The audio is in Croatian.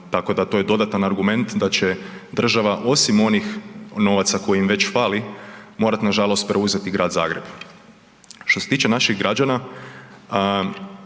tako da to je dodatan argument da će država, osim onih novaca koji im već fali, morat nažalost preuzet Grad Zagreb. Što se tiče naših građana,